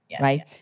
right